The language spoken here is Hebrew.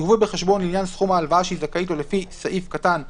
יובאו בחשבון לעניין סכום ההלוואה שהיא זכאית לו לפי סעיף קטן (ב)(1)